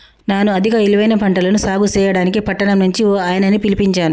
నాను అధిక ఇలువైన పంటలను సాగు సెయ్యడానికి పట్టణం నుంచి ఓ ఆయనని పిలిపించాను